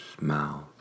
mouth